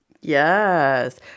Yes